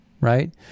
right